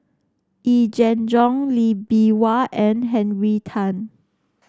Yee Jenn Jong Lee Bee Wah and Henry Tan